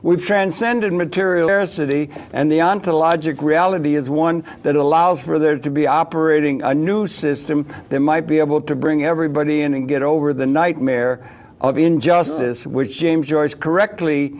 we've and send in material or a city and the on to logic reality is one that allows for there to be operating a new system that might be able to bring everybody in and get over the nightmare of injustice which james joyce correctly